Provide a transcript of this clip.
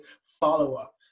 follow-up